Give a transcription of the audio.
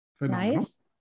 Nice